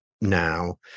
now